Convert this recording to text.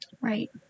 right